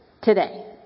today